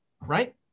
Right